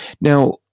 Now